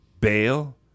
bail